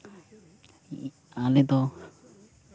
ᱟᱞᱮ ᱫᱚ